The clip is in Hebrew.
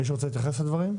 מישהו רוצה להתייחס לדברים?